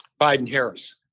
Biden-Harris